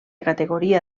categoria